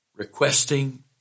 Requesting